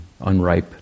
unripe